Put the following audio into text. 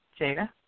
Jada